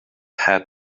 had